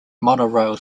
monorail